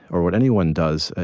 or what anyone does,